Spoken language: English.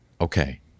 Okay